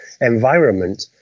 environment